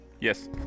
Yes